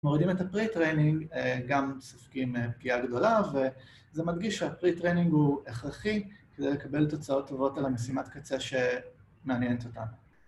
מורדים את הפרי-טרנינג, גם סופגים פגיעה גדולה וזה מדגיש שהפרי-טרנינג הוא הכרחי כדי לקבל תוצאות טובות על המשימת קצה שמעניינת אותנו.